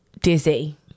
dizzy